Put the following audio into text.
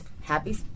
happy